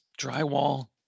drywall